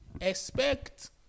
expect